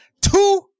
two